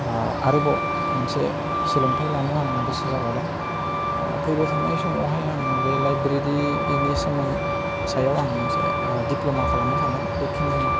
आरोबाव मोनसे सोलोंथाय लानो आं गोसो जाबावदों फैबाय थानाय समावहाय आं बे लाइब्रेरिनि सायाव आं मोनसे दिप्ल'मा खालामनो सानदों बेखिनिआनो